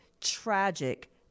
tragic